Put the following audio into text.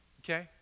Okay